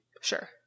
Sure